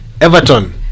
Everton